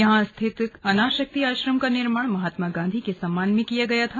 यहां स्थित अनाशक्ति आश्रम का निर्माण महात्मा गांधी के सम्मान में किया गया था